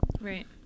Right